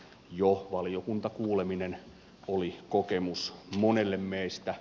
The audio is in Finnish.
jo valiokuntakuuleminen oli kokemus monelle meistä